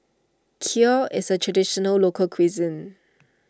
Kheer is a Traditional Local Cuisine